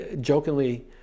jokingly